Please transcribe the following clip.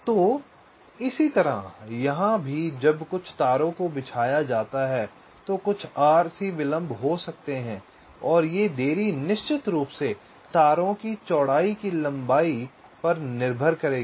तो इसी तरह यहां भी जब कुछ तारों को बिछाया जाता है तो कुछ आरसी विलंब हो सकते हैं और ये देरी निश्चित रूप से तारों की चौड़ाई की लंबाई पर निर्भर होगी